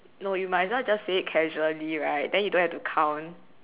no you might as well just say it casually right then you don't have to count